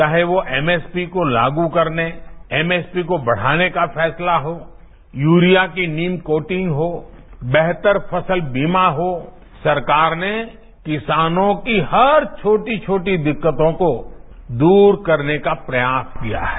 चाहे वो एमएसपी को लागू करने एमएसपी को बढ़ाने का फैसला हो यूरिया की नीम कोटिंग हो बेहतर फसल बीमा हो सरकार ने किसानों की हर छोटी छोटी दिक्कतों को दूर करने का प्रयास किया है